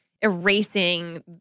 erasing